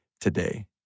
today